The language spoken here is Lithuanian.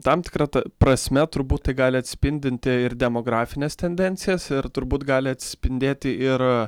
tam tikra t prasme turbūt tai gali atspindinti ir demografines tendencijas ir turbūt gali atspindėti ir